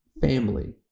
family